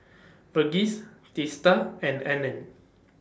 Verghese Teesta and Anand